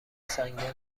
سنگدل